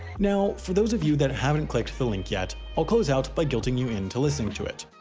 now, for those of you that haven't clicked the link yet, i'll close out by guilting you into listening to it.